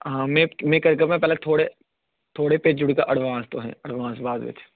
हां में में करगा पैंह्लें थोह्ड़े थोह्ड़े भेजी ओड़गा अडवांस तुसें अडवांस बाद बिच्च